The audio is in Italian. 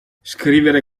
scrivere